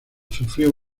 sufrió